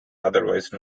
otherwise